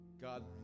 God